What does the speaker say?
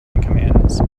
commands